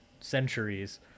centuries